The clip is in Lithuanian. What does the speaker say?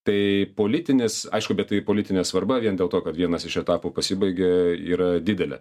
tai politinis aišku bet tai politinė svarba vien dėl to kad vienas iš etapų pasibaigė yra didelė